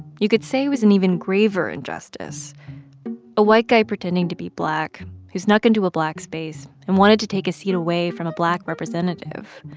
you could say it was an even graver injustice a white guy pretending to be black who snuck into a black space and wanted to take a seat away from a black representative